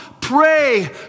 pray